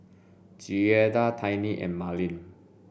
Giada Tiny and Marlene